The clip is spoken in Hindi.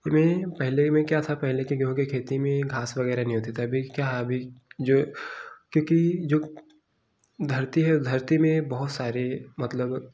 समय में पहले में क्या था पहले के गेहूँ की खेती में घास वगैरह नहीं होती थे अभी क्या अभी जो क्योंकि जो धरती है धरती में बहुत सारे मतलब